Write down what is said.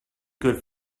good